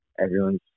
Everyone's